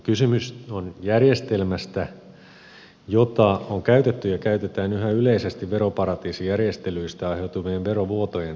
kysymys on järjestelmästä jota on käytetty ja käytetään yhä yleisesti veroparatiisijärjestelyistä aiheutuvien verovuotojen torjunnassa